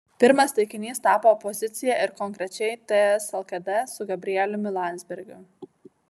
pirmas taikinys tapo opozicija ir konkrečiai ts lkd su gabrieliumi landsbergiu